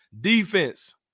defense